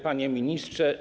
Panie Ministrze!